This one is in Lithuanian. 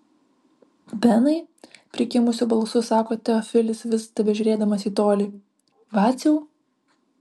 benai prikimusiu balsu sako teofilis vis tebežiūrėdamas į tolį vaciau